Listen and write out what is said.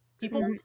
people